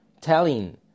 telling